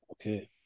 Okay